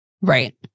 Right